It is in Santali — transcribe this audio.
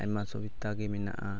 ᱟᱭᱢᱟ ᱥᱩᱵᱤᱫᱷᱟ ᱜᱮ ᱢᱮᱱᱟᱜᱼᱟ